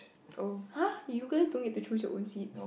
oh [huh] you guys don't get to choose your own seats